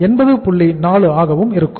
4 ஆகவும் இருக்கும்